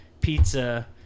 pizza